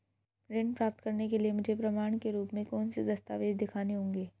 ऋण प्राप्त करने के लिए मुझे प्रमाण के रूप में कौन से दस्तावेज़ दिखाने होंगे?